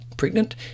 pregnant